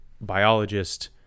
biologist